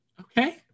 Okay